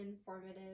informative